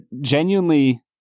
genuinely